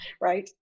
right